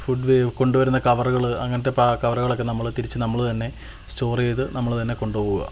food കൊണ്ടുവരുന്ന കവറുകൾ അങ്ങനത്തെ കവറുകളൊക്കെ നമ്മൾ തിരിച്ച് നമ്മളുതന്നെ സ്റ്റോർ ചെയ്ത് നമ്മളുതന്നെ കൊണ്ടുപോവുക